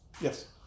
Yes